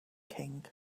king